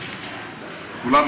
כולם,